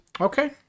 Okay